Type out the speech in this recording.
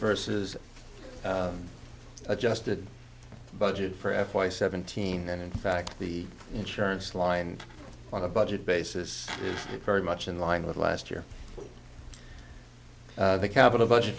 versus adjusted budget for f y seventeen and in fact the insurance line on a budget basis is very much in line with last year the capital budget